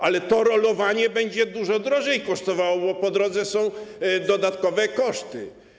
Ale to rolowanie będzie dużo drożej kosztowało, bo po drodze są dodatkowe koszty.